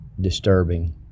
disturbing